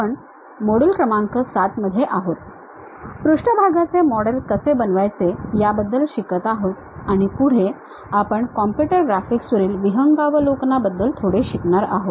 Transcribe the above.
आपण मॉड्यूल क्रमांक 7 मध्ये आहोत पृष्ठभागाचे मॉडेल कसे बनवायचे याबद्दल शिकत आहोत आणि पुढे आपण कॉम्प्युटर ग्राफिक्सवरील विहंगावलोकन बद्दल थोडे शिकणार आहोत